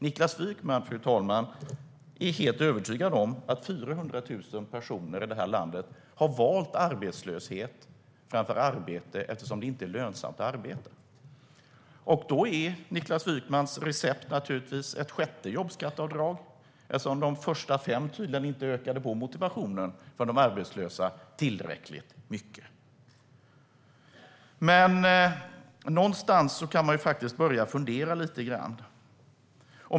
Niklas Wykman, fru talman, är helt övertygad om att 400 000 personer i det här landet har valt arbetslöshet framför arbete eftersom det inte är lönsamt att arbeta. Då är Niklas Wykmans recept naturligtvis ett sjätte jobbskatteavdrag eftersom de första fem tydligen inte ökade på motivationen för de arbetslösa tillräckligt mycket. Men någonstans kan man faktiskt börja fundera lite grann.